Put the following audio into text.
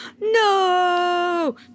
no